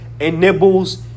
enables